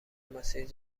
مسیر